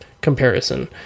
comparison